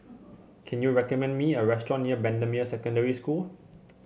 can you recommend me a restaurant near Bendemeer Secondary School